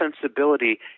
sensibility